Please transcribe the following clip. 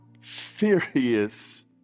serious